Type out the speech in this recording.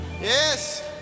Yes